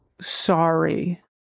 sorry